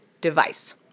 device